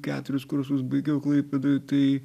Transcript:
keturis kursus baigiau klaipėdoj tai